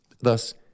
thus